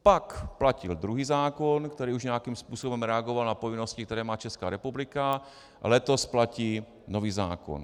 Pak platil druhý zákon, který už nějakým způsobem reagoval na povinnosti, které má Česká republika, letos platí nový zákon.